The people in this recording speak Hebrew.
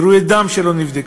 עירויי דם שלא נבדק.